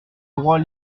droit